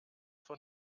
von